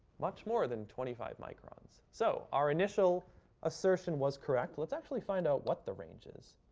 much more than twenty five microns. so, our initial assertion was correct. let's actually find out what the range is.